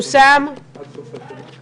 כמות הפניות